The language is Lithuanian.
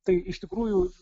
tai iš tikrųjų